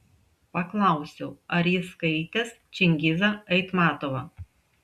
paklausiau ar jis skaitęs čingizą aitmatovą